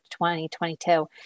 2022